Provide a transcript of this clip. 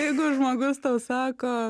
jeigu žmogus tau sako